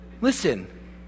Listen